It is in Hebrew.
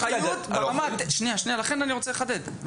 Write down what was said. אני רוצה לחדד.